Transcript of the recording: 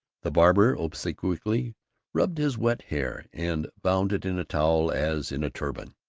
the barber obsequiously rubbed his wet hair and bound it in a towel as in a turban,